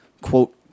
quote